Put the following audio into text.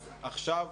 אז עכשיו,